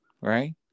Right